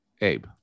Abe